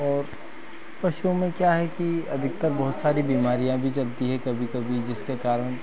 और पशुओं में क्या है कि अधिकतर बहुत सारी बीमारियाँ भी चलती हैं कभी कभी जिसके कारण